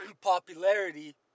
popularity